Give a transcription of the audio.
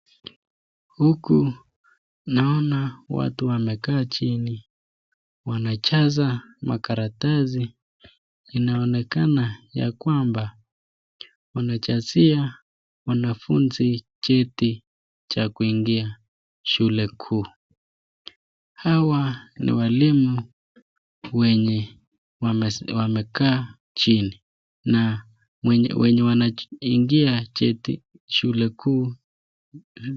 Huku naona watu wamekaa chini wanajaza makaratasi inaonekana kwamba wanajazia wanafunzi cheti za kuingia shule kuu. Hawa ni waalimu wenye wamekaa chini na wanaoingia chuo kuu.